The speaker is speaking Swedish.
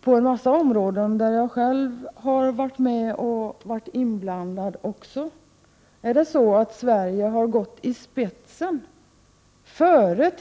På en mängd områden där jag själv varit inblandad vet jag att Sverige har gått i spetsen — t.o.m. före